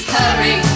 hurry